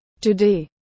Today